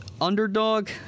underdog